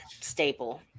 staple